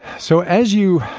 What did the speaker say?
so as you